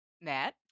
Matt